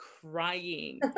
crying